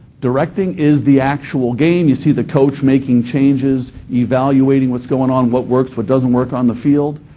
directing is the actual game. you see the coach making changes, evaluating what's going on, what works, what doesn't work on the field.